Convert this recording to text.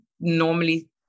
normally